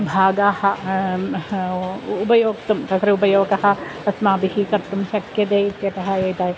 भागाः अहम् उपयोक्तुं तत्र उपयोगः अस्माभिः कर्तुं शक्यते इत्यतः एतत्